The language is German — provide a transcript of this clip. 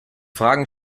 fragen